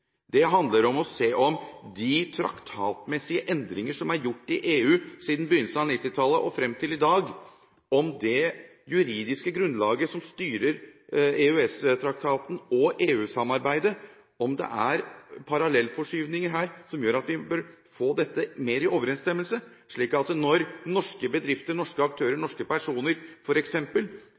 Det handler om å se på de traktatmessige endringer som er gjort i EU siden begynnelsen av 1990-tallet og frem til i dag, det juridiske grunnlaget som styrer EØS-traktaten og EU-samarbeidet, og om det er parallellforskyvninger her som gjør at vi bør få dette mer i overenstemmelse, slik at når f.eks. norske bedrifter, norske aktører og norske personer